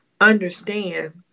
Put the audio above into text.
understand